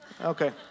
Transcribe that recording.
Okay